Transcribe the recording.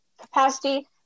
capacity